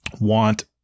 want